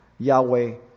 Yahweh